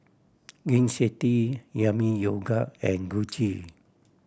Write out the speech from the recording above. Gain City Yami Yogurt and Gucci